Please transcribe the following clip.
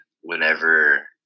whenever